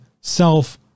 self